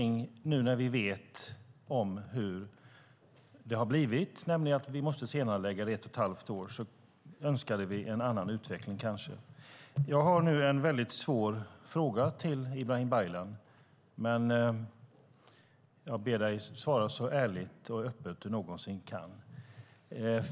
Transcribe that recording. Nu när vi vet hur det blivit - att vi måste senarelägga genomförandet ett och ett halvt år - skulle vi kanske önska en annan utveckling. Jag har en väldigt svår fråga till dig, Ibrahim Baylan, och jag ber dig att svara så ärligt och öppet du någonsin kan.